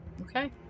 Okay